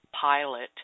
pilot